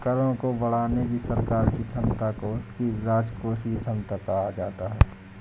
करों को बढ़ाने की सरकार की क्षमता को उसकी राजकोषीय क्षमता कहा जाता है